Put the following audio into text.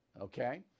Okay